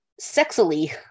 sexily